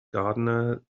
gardener